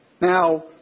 Now